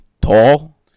tall